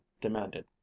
demanded